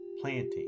planting